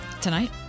Tonight